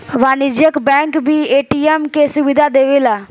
वाणिज्यिक बैंक भी ए.टी.एम के सुविधा देवेला